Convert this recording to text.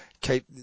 Keep